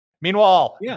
meanwhile